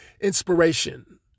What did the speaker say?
inspiration